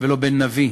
ולא בן נביא,